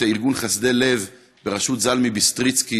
את ארגון חסדי לב בראשות זלמי ביסטריצקי,